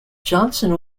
johnson